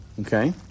Okay